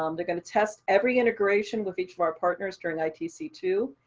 um they're going to test every integration with each of our partners during i t c two,